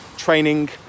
training